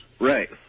Right